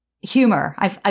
humor